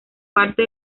parte